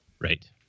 Right